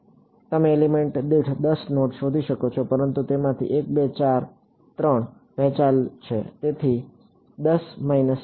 તમે એલિમેન્ટ દીઠ 10 નોડ શોધી શકો છો પરંતુ તેમાંથી 1 2 3 4 વહેંચાયેલ છે